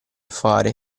fare